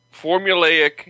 formulaic